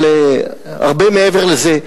אבל הרבה מעבר לזה,